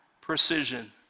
precision